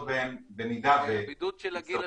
בהם במידה ש --- הבידוד של הגיל השלישי,